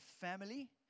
family